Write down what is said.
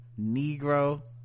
Negro